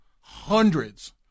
hundreds